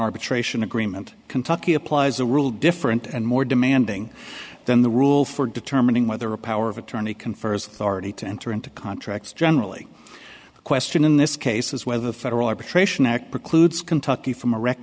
arbitration agreement kentucky applies a rule different and more demanding than the rule for determining whether a power of attorney confers already to enter into contracts generally a question in this case is whether the federal arbitration act precludes kentucky from